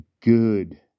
Good